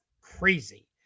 crazy